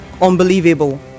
unbelievable